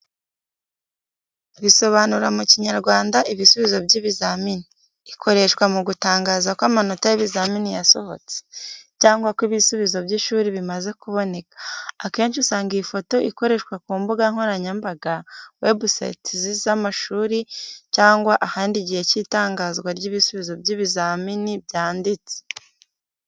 Bisobanura mu Kinyarwanda "Ibisubizo by'ibizamini. Ikoreshwa mu gutangaza ko amanota y’ibizamini yasohotse, cyangwa ko ibisubizo by’ishuri bimaze kuboneka. Akenshi usanga iyi foto ikoreshwa ku mbuga nkoranyambaga, websites z’amashuri, cyangwa ahandi igihe cy’itangazwa ry’ibisubizo by’ibizamini byanditse.